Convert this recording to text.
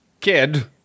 kid